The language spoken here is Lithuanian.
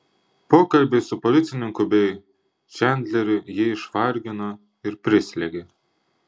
pokalbiai su policininku bei čandleriu jį išvargino ir prislėgė